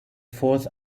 fourth